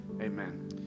amen